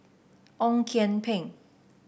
Ong Kian Peng